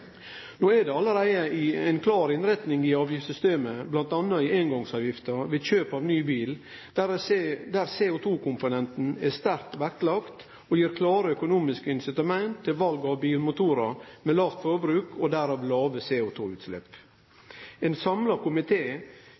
No er det allereie ei klar innretning i avgiftssystemet, bl.a. i eingongsavgifta ved kjøp av ny bil, der CO2-komponenten er sterkt vektlagd, og det gir klare økonomiske incitament til val av bilmotorar med lågt forbruk og derav låge CO2-utslepp. Ein samla